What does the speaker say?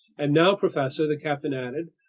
and now, professor, the captain added,